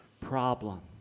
problem